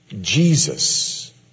Jesus